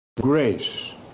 Grace